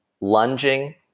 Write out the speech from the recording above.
lunging